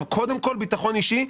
כי קודם כול צריך שיהיה ביטחון אישי,